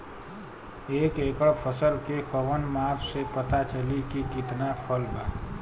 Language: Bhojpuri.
एक एकड़ फसल के कवन माप से पता चली की कितना फल बा?